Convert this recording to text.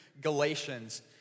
Galatians